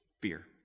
fear